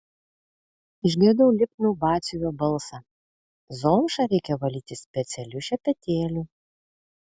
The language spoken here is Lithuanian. išgirdau lipnų batsiuvio balsą zomšą reikia valyti specialiu šepetėliu